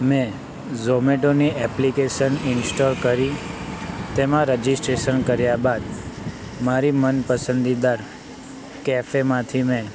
મેં ઝોમેટોની application install કરી તેમાં રજીસ્ટ્રેશન કર્યા બાદ મારી મનપસંદીદાર કેફેમાંથી મેં